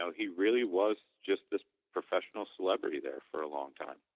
so he really was just this professional celebrity there for a long time